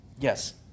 Yes